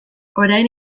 orain